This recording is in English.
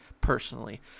personally